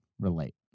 relate